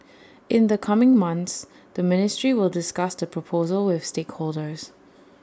in the coming months the ministry will discuss the proposal with stakeholders